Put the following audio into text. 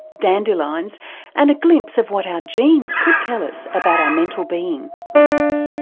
dandelions and a glimpse of what our genes could tell us about our mental being.